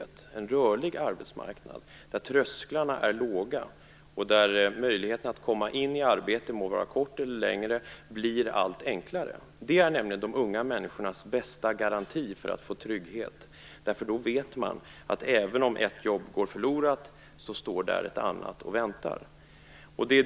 Vi måste få en rörlig arbetsmarknad, där trösklarna är låga och där det blir allt enklare att komma in i arbete, för kortare eller längre tid. Det är nämligen de unga människornas bästa garanti för att få trygghet. Då vet man att även om ett jobb går förlorat står ett annat och väntar.